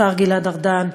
השר גלעד ארדן,